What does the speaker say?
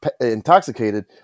intoxicated